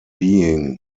being